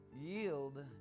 yield